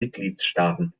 mitgliedstaaten